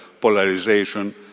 polarization